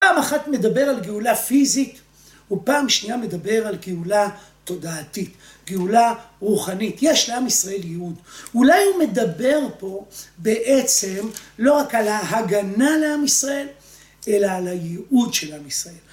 פעם אחת מדבר על גאולה פיזית ופעם שנייה מדבר על גאולה תודעתית, גאולה רוחנית. יש לעם ישראל ייעוד. אולי הוא מדבר פה בעצם לא רק על ההגנה לעם ישראל אלא על הייעוד של עם ישראל.